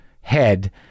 head